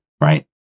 right